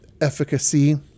efficacy